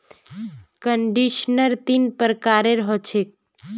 conditioner तीन प्रकारेर ह छेक